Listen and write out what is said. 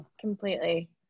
completely